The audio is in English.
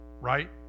right